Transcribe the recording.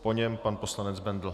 Po něm pan poslanec Bendl.